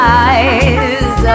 eyes